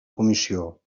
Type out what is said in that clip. comissió